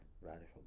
radical